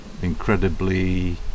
Incredibly